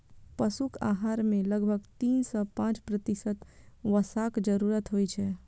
पशुक आहार मे लगभग तीन सं पांच प्रतिशत वसाक जरूरत होइ छै